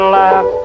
laugh